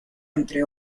entre